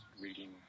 reading